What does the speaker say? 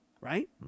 right